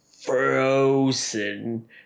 frozen